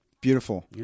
Beautiful